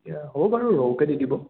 এতিয়া হ'ব বাৰু ৰৌকে দি দিব